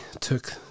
took